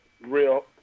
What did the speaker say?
real